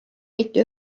mitte